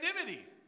anonymity